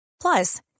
Plus